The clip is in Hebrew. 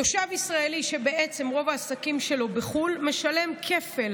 תושב ישראלי שבעצם רוב העסקים שלו בחו"ל משלם כפל: